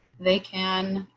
they can